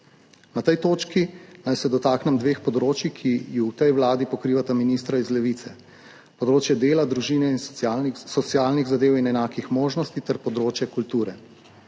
Na tej točki naj se dotaknem dveh področij, ki ju v tej vladi pokrivata ministra iz Levice, področje dela, družine, socialnih zadev in enakih možnosti ter področje kulture.